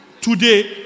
Today